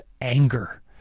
anger